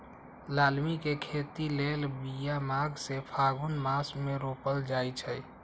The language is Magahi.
लालमि के खेती लेल बिया माघ से फ़ागुन मास मे रोपल जाइ छै